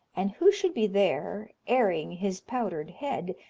and who should be there, airing his powdered head,